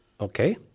Okay